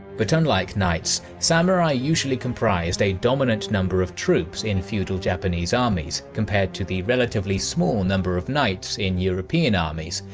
but unlike knights, samurai usually comprised a dominant number of troops in feudal japanese armies, compared to the relatively small number of knights in european armies,